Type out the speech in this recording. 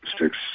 six